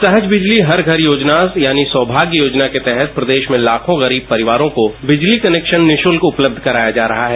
सहज बिजली हर घर योजना यानी सौभाग्य योजना के तहत प्रदेश में लाखों गरीब परिवारों को बिजली कनेक्शन निशुल्क उपलब्ध कराया जा रहा है